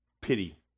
pity